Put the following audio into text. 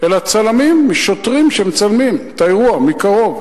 אלא צלמים, שוטרים שמצלמים את האירוע מקרוב,